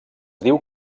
diu